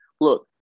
Look